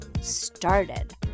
started